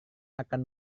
akan